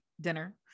dinner